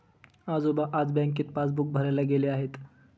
आजोबा आज बँकेत पासबुक भरायला गेले आहेत